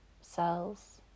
cells